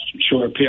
sure